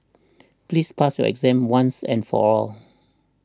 please pass your exam once and for all